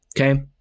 okay